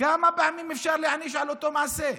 כמה פעמים אפשר להעניש על אותו מעשה?